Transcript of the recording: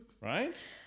right